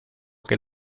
que